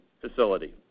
facility